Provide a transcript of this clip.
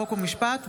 חוק ומשפט,